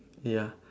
ya